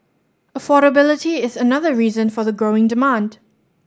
affordability is another reason for the growing demand